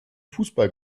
fußball